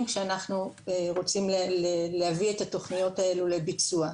כשאנחנו רוצים להביא את התוכניות האלו לביצוע.